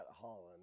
Holland